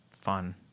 fun